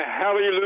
Hallelujah